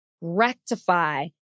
rectify